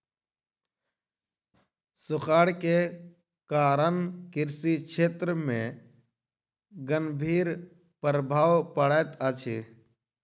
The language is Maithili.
सूखाड़ के कारण कृषि क्षेत्र में गंभीर प्रभाव पड़ैत अछि